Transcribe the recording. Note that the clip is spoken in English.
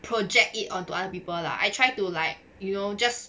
project it onto other people lah I try to like you know just